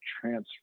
transfer